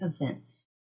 events